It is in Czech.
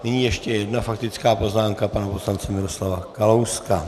Nyní ještě jedna faktická poznámka pana poslance Miroslava Kalouska.